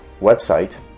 website